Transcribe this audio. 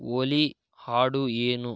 ಒಲಿ ಹಾಡು ಏನು